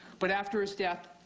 but after his death,